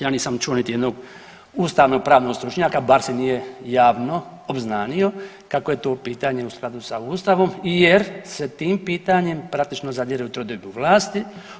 Ja nisam čuo niti jednog ustavno-pravnog stručnjaka, bar se nije javno obznanio kako je to pitanje u skladu sa Ustavom i jer se tim pitanjem praktično zadire u trodiobu vlasti.